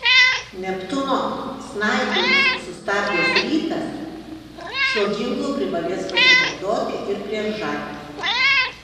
neptūno snaiperius sustabdęs rytas šiuo ginklu privalės pasinaudoti ir prieš žalgirį